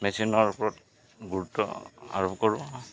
মেচিনৰ ওপৰত গুৰুত্ব আৰোপ কৰোঁ